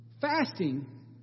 fasting